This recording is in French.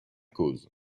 cause